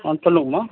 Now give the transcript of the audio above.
ஆ சொல்லுங்கம்மா